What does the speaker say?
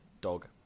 dog